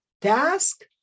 task